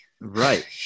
right